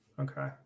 Okay